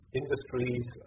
industries